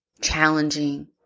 challenging